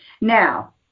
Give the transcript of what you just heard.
Now